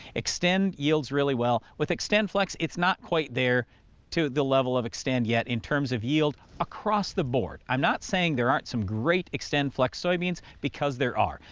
xtend yields really well with xtendflex, it's not quite there to the level of xtend yet in terms of yield across the board. i'm not saying there aren't some great xtendflex soybeans because there are,